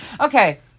Okay